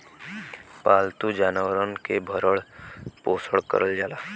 पालतू जानवरन के भरण पोसन करल जाला